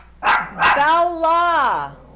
Bella